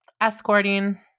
escorting